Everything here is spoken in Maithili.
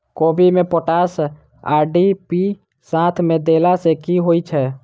कोबी मे पोटाश आ डी.ए.पी साथ मे देला सऽ की होइ छै?